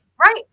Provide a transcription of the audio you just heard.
Right